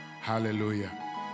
Hallelujah